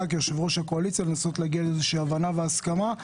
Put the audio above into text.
כיושב-ראש הקואליציה לנסות להגיע לאיזושהי הבנה והסכמה.